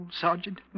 Sergeant